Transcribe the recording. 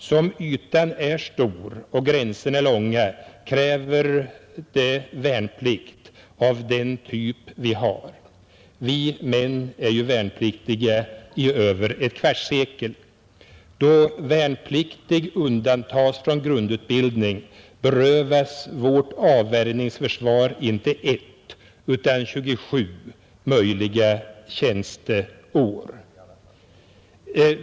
Som ytan är stor och gränserna långa kräver det värnplikt av den typ vi har. Vi män är ju värnpliktiga i över ett kvartssekel. Då värnpliktig undantas från grundutbildning berövas vårt avvärjningsförsvar inte ett utan 27 möjliga tjänsteår.